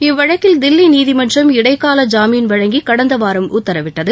இவ்வழக்கில் தில்லி நீதிமன்றம் இடைக்கால ஜாமீன் வழங்கி கடந்த வாரம் உத்தரவிட்டது